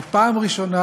זאת פעם ראשונה,